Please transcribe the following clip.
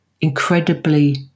incredibly